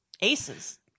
Aces